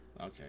Okay